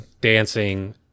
Dancing